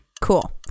Cool